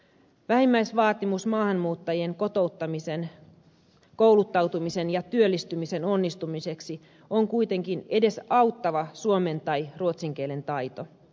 vähimmäisvaatimus maahanmuuttajien kotouttamisen kouluttautumisen ja työllistymisen onnistumiseksi on kuitenkin edes auttava suomen tai ruotsin kielen taito